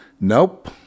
nope